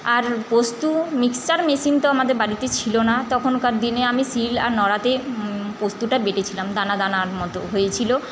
আর পোস্ত mixture machine তো আমাদের বাড়িতে ছিল না তখনকার দিনে আমি শীল আর নোড়াতেই পোস্তটা বেঁটেছিলাম দানা দানা মতো হয়েছিলো